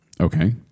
Okay